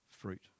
fruit